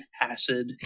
acid